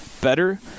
better